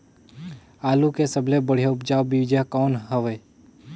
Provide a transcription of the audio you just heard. आलू के सबले बढ़िया उपजाऊ बीजा कौन हवय?